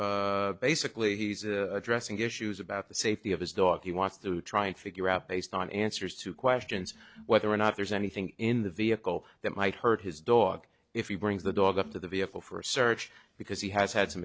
know basically he's addressing issues about the safety of his dog he wants to try and figure out based on answers to questions whether or not there's anything in the vehicle that might hurt his dog if he brings the dog up to the vehicle for a search because he has had some